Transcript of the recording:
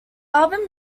album